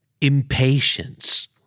Impatience